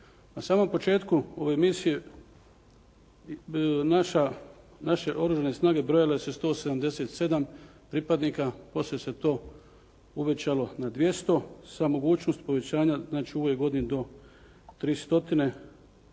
Na samom početku ove misije naše Oružane snage brojale su 177 pripadnika, poslije se to uvećalo na 200 sa mogućnošću povećanja, znači u ovoj godini do 300,